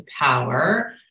power